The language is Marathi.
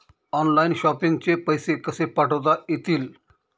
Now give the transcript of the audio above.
ऑनलाइन शॉपिंग चे पैसे कसे पाठवता येतील?